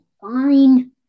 Fine